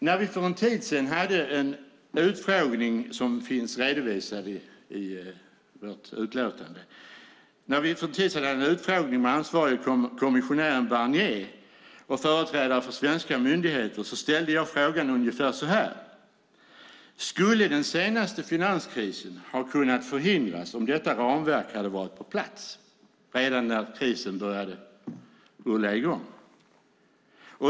När vi för en tid sedan hade en utfrågning, som finns redovisad i vårt utlåtande, med ansvarige kommissionären Barnier och företrädare för svenska myndigheter ställde jag frågan ungefär så här: Skulle den senaste finanskrisen ha kunnat förhindras om detta ramverk varit på plats redan när krisen började rulla i gång?